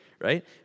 right